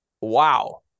Wow